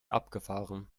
abgefahren